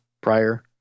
prior